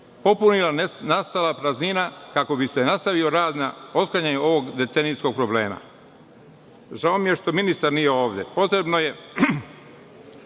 popunila nastala praznina, kako bi se nastavio rad na otklanjanju ovog decenijskog problema. Žao mi je što ministar nije ovde. Potrebna je